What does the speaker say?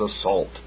assault